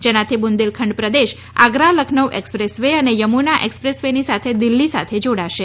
જેનાથી બુંદેલખંડ પ્રદેશ Agra Lucknow expressway અને યમુના એકસપ્રેસ વે ની સાથે દિલ્હી સાથે જોડાશે